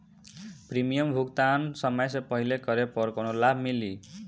Premium भुगतान समय से पहिले करे पर कौनो लाभ मिली?